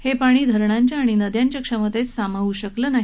हे पाणी धरणांच्या आणि नद्यांच्या क्षमतेत सामावू शकलं नाही